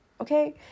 Okay